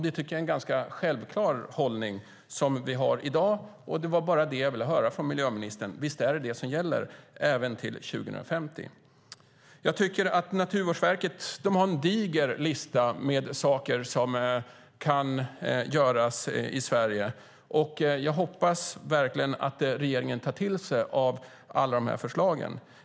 Det tycker jag är en ganska självklar hållning som vi har i dag, och det var bara det jag ville höra från miljöministern: Visst är det detta som gäller även till 2050? Naturvårdsverket har en diger lista med saker som kan göras i Sverige, och jag hoppas verkligen att regeringen tar till sig av alla dessa förslag.